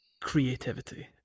creativity